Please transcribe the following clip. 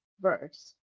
verse